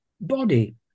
body